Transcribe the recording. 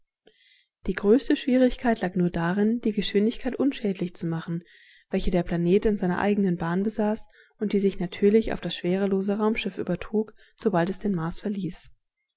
die größte schwierigkeit lag nur darin die geschwindigkeit unschädlich zu machen welche der planet in seiner eigenen bahn besaß und die sich natürlich auf das schwerelose raumschiff übertrug sobald es den mars verließ